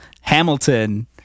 Hamilton